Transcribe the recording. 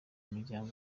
imiryango